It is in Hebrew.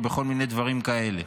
או בכל מיני דברים כאלה.